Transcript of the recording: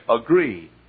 agree